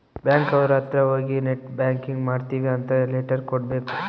bank ಅವ್ರ ಅತ್ರ ಹೋಗಿ ನೆಟ್ ಬ್ಯಾಂಕಿಂಗ್ ಮಾಡ್ತೀವಿ ಅಂತ ಲೆಟರ್ ಕೊಡ್ಬೇಕು